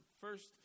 first